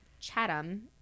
Chatham